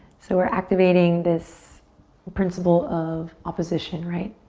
so we're activating this principle of opposition, right.